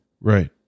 Right